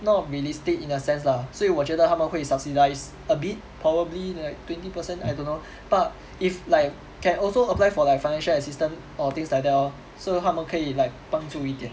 not realistic in a sense lah 所以我觉得他们会 subsidise a bit probably like twenty percent I don't know but if like can also apply for like financial assistance or things like that lor so 他们可以 like 帮助一点